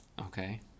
Okay